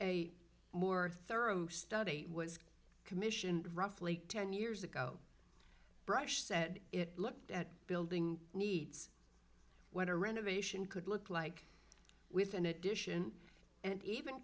a more thorough study was commissioned roughly ten years ago brush said it looked at building needs when a renovation could look like with an addition and even